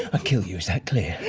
accuse whitely